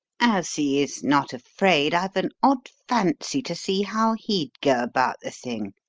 as he is not afraid, i've an odd fancy to see how he'd go about the thing.